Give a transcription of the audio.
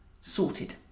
Sorted